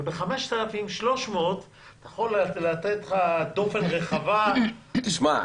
וב-5,300 אני יכול לתת לך דופן רחבה -- תשמע,